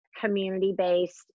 community-based